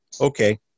okay